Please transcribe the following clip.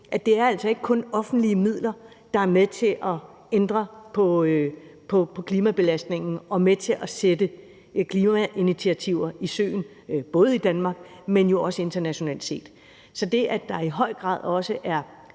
altså ikke kun er offentlige midler, der er med til at ændre på klimabelastningen og er med til at sætte klimainitiativer i søen, både i Danmark, men også internationalt set. Så det, at der i høj grad også er